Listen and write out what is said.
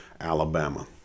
Alabama